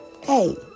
hey